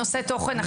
תודה,